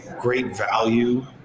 great-value